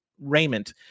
raiment